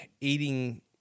eating